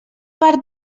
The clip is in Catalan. part